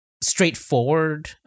straightforward